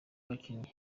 abakinnyi